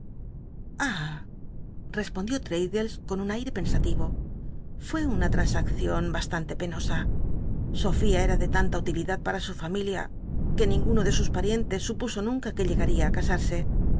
respondió l'taddles con un aie pensativo fué una lransaccion bastante peno a sofí era de lanta utilidad para su familia que ninguno ele sus parientes supuso nunca que llegaría á cltsarse